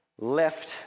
Left